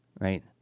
right